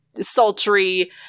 sultry